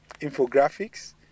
infographics